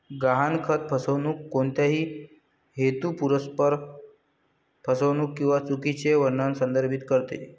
गहाणखत फसवणूक कोणत्याही हेतुपुरस्सर फसवणूक किंवा चुकीचे वर्णन संदर्भित करते